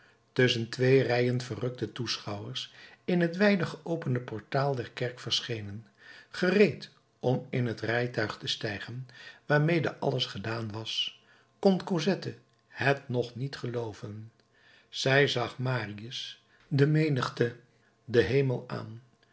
tusschen twee rijen verrukte toeschouwers in het wijd geopende portaal der kerk verschenen gereed om in het rijtuig te stijgen waarmede alles gedaan was kon cosette het nog niet gelooven zij zag marius de menigte den hemel aan